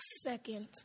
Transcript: second